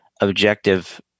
objective